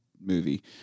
movie